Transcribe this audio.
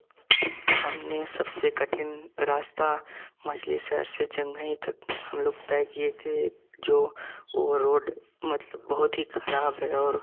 हमने सबसे कठिन रास्ता मछली शहर से जंघई तक हम लोग तय किए थे जो वह रोड मतलब बहुत ही खराब है और